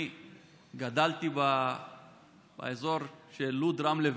אני גדלתי באזור של לוד רמלה ויפו,